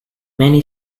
many